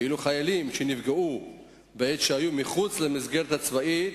ואילו חיילים שנפגעו בעת שהיו מחוץ למסגרת הצבאית,